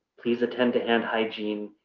please attend to hand hygiene,